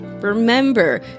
Remember